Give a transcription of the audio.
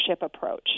approach